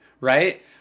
right